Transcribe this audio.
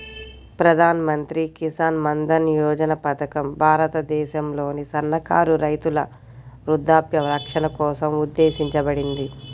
ప్రధాన్ మంత్రి కిసాన్ మన్ధన్ యోజన పథకం భారతదేశంలోని సన్నకారు రైతుల వృద్ధాప్య రక్షణ కోసం ఉద్దేశించబడింది